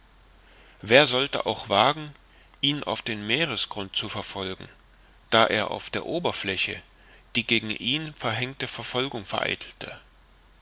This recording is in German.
wer sollte auch wagen ihn auf den meeresgrund zu verfolgen da er auf der oberfläche die gegen ihn verhängte verfolgung vereitelte